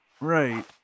right